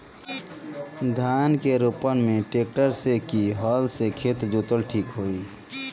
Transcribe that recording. धान के रोपन मे ट्रेक्टर से की हल से खेत जोतल ठीक होई?